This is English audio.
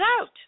out